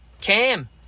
Cam